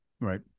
right